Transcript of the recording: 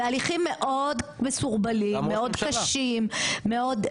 בהליכים מאוד מסורבלים מאוד קשים מאוד.